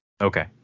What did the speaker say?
okay